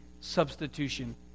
substitution